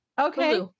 Okay